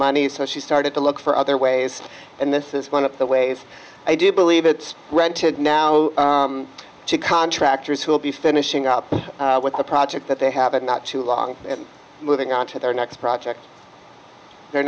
money so she started to look for other ways and this is one of the ways i do believe it's rented now to contractors who will be finishing up with a project that they have a not too long and moving on to their next project their